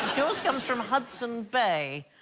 yours comes from hudson bay,